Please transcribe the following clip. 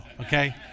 okay